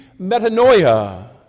metanoia